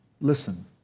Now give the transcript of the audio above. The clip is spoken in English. Listen